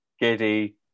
Giddy